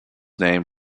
name